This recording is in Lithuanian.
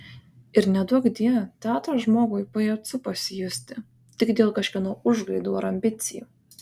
ir neduokdie teatro žmogui pajacu pasijusti tik dėl kažkieno užgaidų ar ambicijų